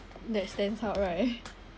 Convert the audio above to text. that stands out right